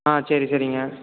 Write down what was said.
ஆ சரி சரிங்க